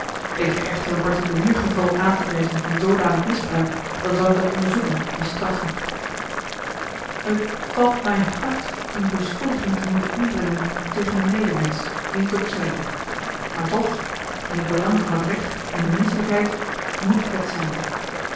weet gij echter een particulier geval aan te wijzen van zoodanig misbruik dan zal ik dat onderzoeken en straffen osboom oussaint et valt mij hard eene beschuldiging te moeten inbrengen tegen een medemensch wie het ook zij maar toch in t belang van het recht en de menschelijkheid moet het zijn